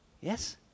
Yes